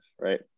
right